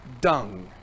dung